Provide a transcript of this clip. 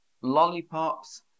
lollipops